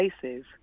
places